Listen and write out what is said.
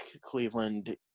Cleveland